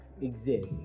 exist